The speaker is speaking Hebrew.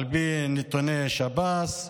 על פי נתוני שב"ס.